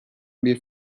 bir